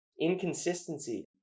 inconsistency